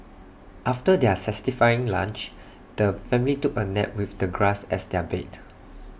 after their satisfying lunch the family took A nap with the grass as their bed